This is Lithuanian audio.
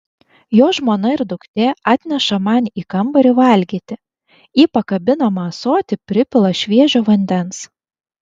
jo žmona ir duktė atneša man į kambarį valgyti į pakabinamą ąsotį pripila šviežio vandens